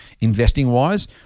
investing-wise